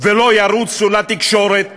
ולא ירוצו לתקשורת